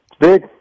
Big